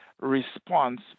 response